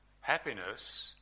happiness